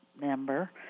member